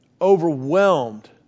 overwhelmed